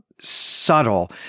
subtle